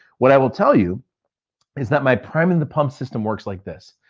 what i will tell you is that my priming the pump system works like this.